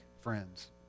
friends